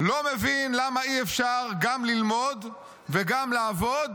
לא מבין למה אי-אפשר גם ללמוד וגם לעבוד